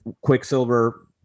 Quicksilver